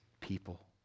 people